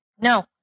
No